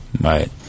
right